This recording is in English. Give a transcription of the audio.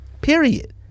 Period